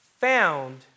found